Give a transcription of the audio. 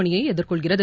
அணியை எதிர்கொள்கிறது